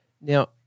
Now